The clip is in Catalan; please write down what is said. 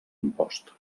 impost